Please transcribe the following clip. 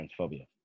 transphobia